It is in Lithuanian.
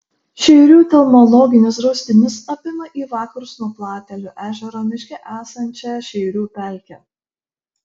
šeirių telmologinis draustinis apima į vakarus nuo platelių ežero miške esančią šeirių pelkę